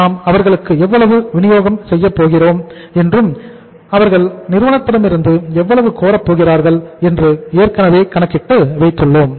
நாம் அவர்களுக்கு எவ்வளவு வினியோகம் செய்யப் போகிறோம் மற்றும் அவர்கள் நிறுவனத்திடமிருந்து எவ்வளவு கோரப்போகிறார்கள் என்று ஏற்கனவே கணக்கிட்டு வைத்துள்ளோம்